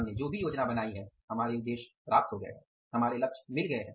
हमने जो भी योजना बनाई है हमारे उद्देश्य प्राप्त हो गए हैं हमारे लक्ष्य मिल गए हैं